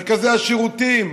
מרכזי השירותים,